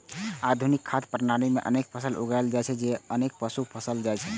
आधुनिक खाद्य प्रणाली मे अनेक फसल उगायल जाइ छै आ अनेक पशु पोसल जाइ छै